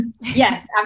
Yes